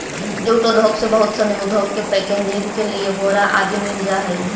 jute उद्योग से बहुत सनी उद्योग के पैकेजिंग के लिए बोरा आदि मिलऽ हइ